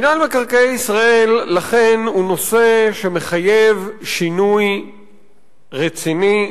מינהל מקרקעי ישראל הוא נושא שמחייב שינוי רציני,